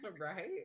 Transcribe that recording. right